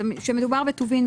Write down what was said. כשמדובר בטובין,